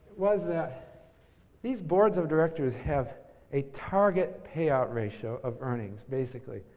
was that these boards of directors have a target payout ratio of earnings basically.